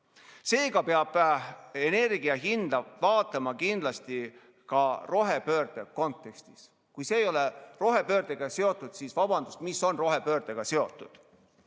Seega peab energia hinda vaatama kindlasti ka rohepöörde kontekstis. Kui see ei ole rohepöördega seotud, siis vabandust, aga mis on rohepöördega